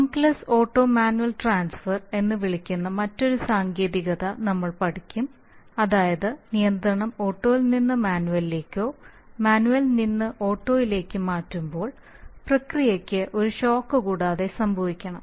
bump less auto manual transfer എന്ന് വിളിക്കുന്ന മറ്റൊരു സാങ്കേതികത നമ്മൾ പഠിക്കും അതായത് നിയന്ത്രണം ഓട്ടോയിൽ നിന്ന് മാനുവലിലേക്കോ മാനുവലിൽ നിന്ന് ഓട്ടോയിലേക്ക് മാറ്റുമ്പോൾ പ്രക്രിയയ്ക്ക് ഒരു ഷോക്ക് കൂടാതെ സംഭവിക്കണം